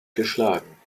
geschlagen